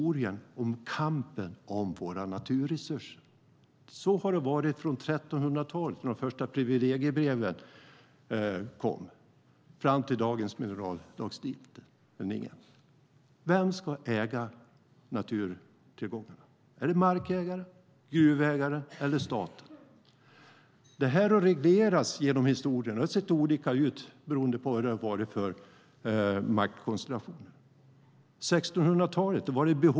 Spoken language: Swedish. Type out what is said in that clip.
Vem ska äga naturtillgångarna? Det har reglerats genom historien. Det har sett olika ut beroende på vad det varit för maktkoncentrationer.